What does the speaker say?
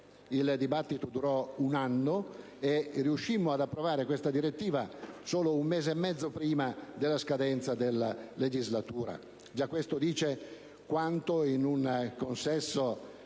Il dibattito durò infatti un anno e riuscimmo ad approvare questa direttiva solo un mese e mezzo prima della scadenza della legislatura;